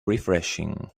refreshing